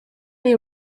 les